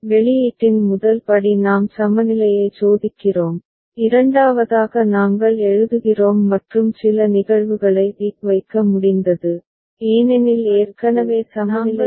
வெளியீட்டின் முதல் படி நாம் சமநிலையை சோதிக்கிறோம் இரண்டாவதாக நாங்கள் எழுதுகிறோம் மற்றும் சில நிகழ்வுகளை டிக் வைக்க முடிந்தது ஏனெனில் ஏற்கனவே சமநிலை சரியாக உள்ளது